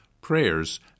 prayers